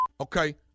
Okay